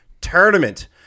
tournament